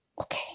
Okay